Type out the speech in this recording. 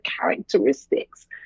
characteristics